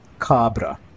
Cabra